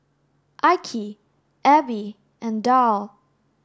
Ike Abby and Darl